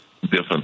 different